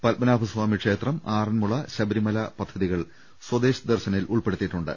പത്മനാഭസ്വാ മിക്ഷേത്രം ആറന്മുള ശബരിമല പദ്ധതികൾ സ്വദേശ് ദർശനിൽ ഉൾപ്പെടു ത്തിയിട്ടുണ്ട്